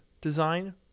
design